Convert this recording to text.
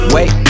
Wait